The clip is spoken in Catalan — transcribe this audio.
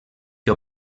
que